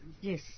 Yes